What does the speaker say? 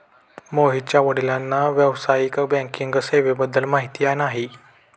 मोहितच्या वडिलांना व्यावसायिक बँकिंग सेवेबद्दल माहिती नाही